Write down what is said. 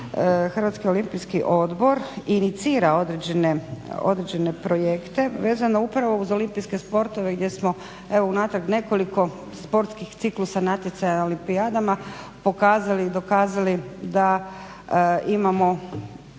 Hrvatski olimpijski odbor inicira određene projekte vezano upravo uz olimpijske sportove gdje smo evo unatrag nekoliko sportskih ciklusa natjecanja na olimpijadama pokazali i dokazali da imamo